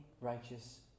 righteous